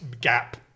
gap